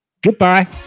Goodbye